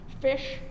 fish